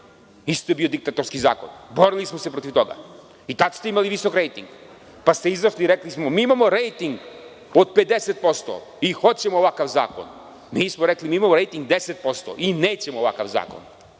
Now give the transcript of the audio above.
Isto je bio diktatorski zakon. Borili smo se protiv toga. I tada ste imali visok rejting, pa ste izašli i rekli – mi imamo rejting od 50% i hoćemo ovakav zakon. Mi smo rekli – mi imamo rejting 10% i nećemo ovakav zakon.